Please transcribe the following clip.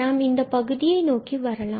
நாம் இந்த பகுதியை நோக்கி வரலாம்